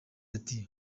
ati